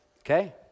okay